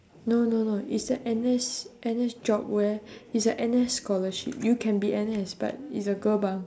no no no it's a N_S N_S job where it's a N_S scholarship you can be N_S but it's a girl bunk